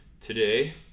Today